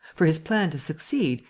for his plan to succeed,